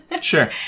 Sure